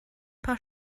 paar